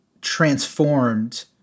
transformed